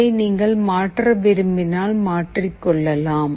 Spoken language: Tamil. இதை நீங்கள் மாற்ற விரும்பினால் மாற்றிக் கொள்ளலாம்